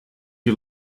you